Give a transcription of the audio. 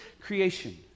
creation